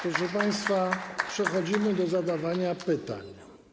Proszę państwa, przechodzimy do zadawania pytań.